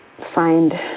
find